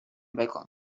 بکن